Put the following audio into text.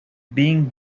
being